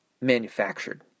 manufactured